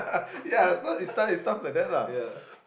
yeah